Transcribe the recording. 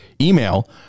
email